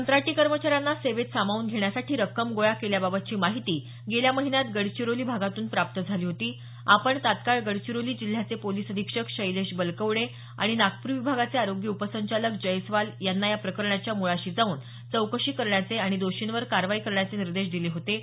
कंत्राटी कर्मचाऱ्यांना सेवेत सामावून घेण्यासाठी रक्कम गोळा केल्याबाबतची माहिती गेल्या महिन्यात गडचिरोली भागातून प्राप्त झाली होती आपण तत्काळ गडचिरोली जिल्ह्याचे पोलीस अधिक्षक शैलेश बलकवडे आणि नागपूर विभागाचे आरोग्य उपसंचालक जयस्वाल यांना या प्रकरणाच्या मुळाशी जाऊन चौकशी करण्याचे आणि दोषींवर कारवाई निर्देश दिले होते